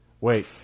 Wait